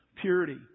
purity